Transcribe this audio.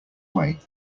way